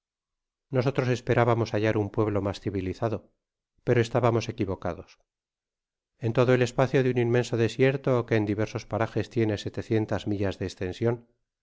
nosotros esperábamos hallar un pueblo mas civilizado pero eátábaraos equivocados en todo el espacio de un inmenso desierto que en diversos parajes tieno setecientas millas de estension